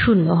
0 হয়